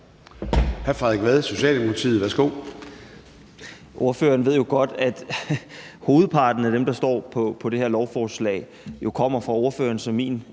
Hr. Frederik Vad, Socialdemokratiet.